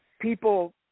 people